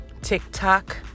TikTok